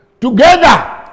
Together